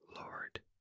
Lord